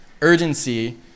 Urgency